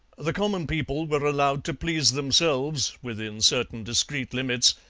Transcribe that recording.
the common people were allowed to please themselves, within certain discreet limits,